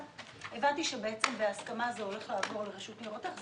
הבנתי שבהסכמה זה הולך לעבור לרשות ניירות ערך.